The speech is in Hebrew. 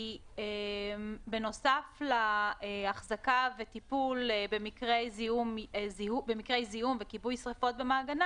בנוסף להחזקה ולטיפול במקרי זיהום וכיבוי שריפות במעגנה